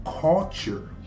culture